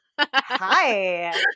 hi